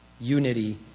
unity